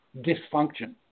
dysfunction